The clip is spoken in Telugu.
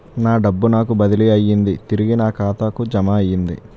నా డబ్బు నాకు బదిలీ అయ్యింది తిరిగి నా ఖాతాకు జమయ్యింది